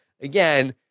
Again